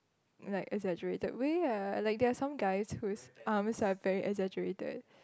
like exaggerated way ah like there are some guys whose arms are very exaggerated